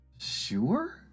Sure